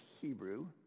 Hebrew